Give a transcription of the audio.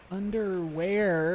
underwear